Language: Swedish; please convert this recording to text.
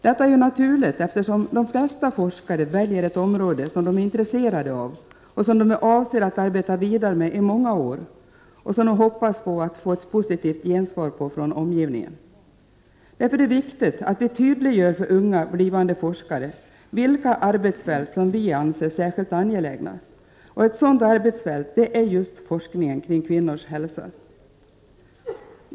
Detta är naturligt, eftersom de flesta forskare väljer ett område som de är intresserade av, som de avser att arbeta vidare med i många år och som de hoppas att få ett positivt gensvar på från omgivningen. Därför är det viktigt att det tydliggörs för unga blivande forskare vilka arbetsfält som är särskilt angelägna. Ett sådant arbetsfält är just forskningen kring kvinnors hälsa.